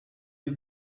you